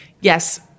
yes